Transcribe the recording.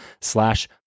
slash